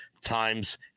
times